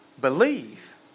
Believe